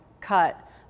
cut